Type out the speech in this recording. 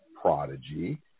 Prodigy